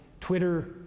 Twitter